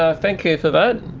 ah thank you for that.